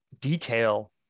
detail